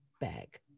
bag